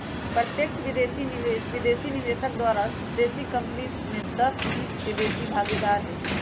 प्रत्यक्ष विदेशी निवेश विदेशी निवेशक द्वारा देशी कंपनी में दस हिस्स से बेशी भागीदार हइ